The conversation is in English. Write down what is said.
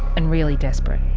and really desperate.